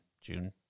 June